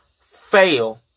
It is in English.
fail